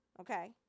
okay